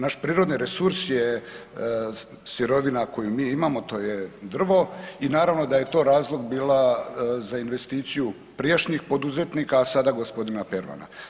Naš prirodni resurs je sirovina koju mi imamo, to je drvo i naravno da je to razlog bila za investiciju prijašnjih poduzetnika, a sada g. Pervana.